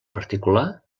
particular